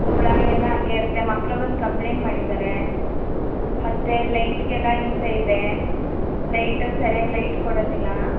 ಹುಳ ಎಲ್ಲ ಹಾಗೆ ಇರುತ್ತೆ ಮಕ್ಕಳು ಬಂದು ಕಂಪ್ಲೇಂಟ್ ಮಾಡಿದ್ದಾರೆ ಮತ್ತು ಲೈಟ್ಗೆಲ್ಲ ಹಿಂಸೆ ಇದೆ ಲೈಟು ಸರ್ಯಾಗಿ ಲೈಟ್ ಕೊಡೋದಿಲ್ಲ